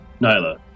Nyla